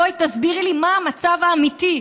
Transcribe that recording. בואי תסבירי לי מה המצב האמיתי.